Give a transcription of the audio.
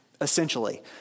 essentially